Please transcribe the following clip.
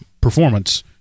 performance